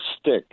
stick